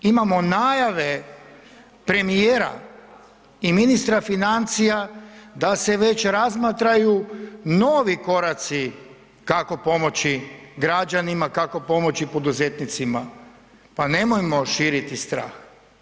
Imamo najave premijera i ministra financija da se već razmatraju novi koraci kako pomoći građani, kako pomoći poduzetnicima, pa nemojmo širiti strah.